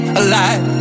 alive